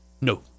No